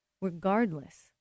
regardless